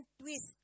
twist